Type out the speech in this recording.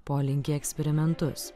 polinkį į eksperimentus